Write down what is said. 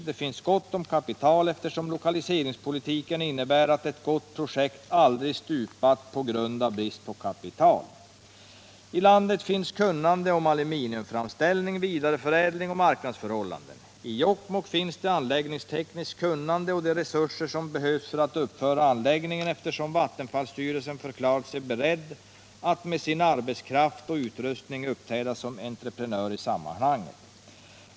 Där finns också kapital, eftersom lokaliseringspolitiken innebär att ett gott projekt aldrig stupar på grund av brist på kapital. I landet finns kunnande om aluminiumframställning, vidareförädling och marknadsförhållanden. I Jokkmokk finns det anläggningstekniskt kunnande och de resurser som behövs för att uppföra anläggningen, eftersom vattenfallsstyrelsen förklarat sig beredd att med sin arbetskraft och utrustning uppträda som entreprenör i sammanhanget.